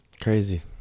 Crazy